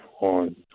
on